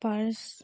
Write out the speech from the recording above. purse